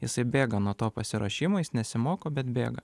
jisai bėga nuo to pasiruošimo jis nesimoko bet bėga